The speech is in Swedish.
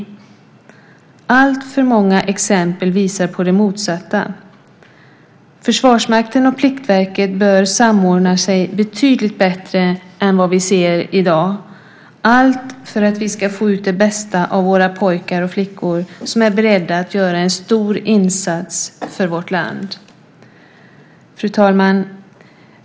Alltför många exempel visar på det motsatta. Försvarsmakten och Pliktverket bör samordna sig betydligt bättre än i dag, allt för att vi ska få ut det bästa av våra pojkar och flickor som är beredda att göra en stor insats för vårt land. Fru talman!